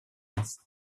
наций